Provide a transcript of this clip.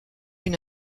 une